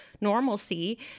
normalcy